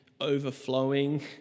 overflowing